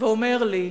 ואומר לי: